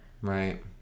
Right